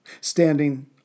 standing